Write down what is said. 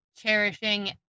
cherishing